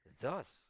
thus